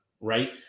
right